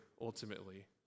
ultimately